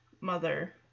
mother